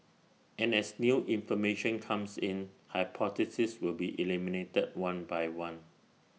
and as new information comes in hypotheses will be eliminated one by one